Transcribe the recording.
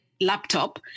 laptop